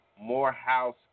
Morehouse